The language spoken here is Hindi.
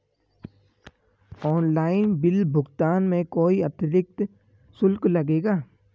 ऑनलाइन बिल भुगतान में कोई अतिरिक्त शुल्क लगेगा?